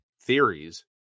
theories